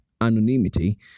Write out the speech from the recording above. anonymity